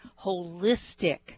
holistic